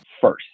first